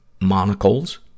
monocles